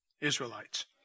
Israelites